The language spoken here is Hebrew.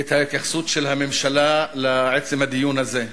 את ההתייחסות של הממשלה לעצם הדיון הזה.